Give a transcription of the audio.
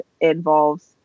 involves